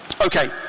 Okay